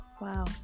Wow